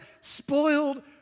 spoiled